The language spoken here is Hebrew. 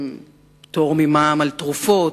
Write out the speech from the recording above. פטור ממע"מ על תרופות.